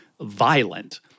violent